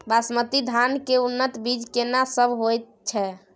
बासमती धान के उन्नत बीज केना सब होयत छै?